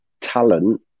talent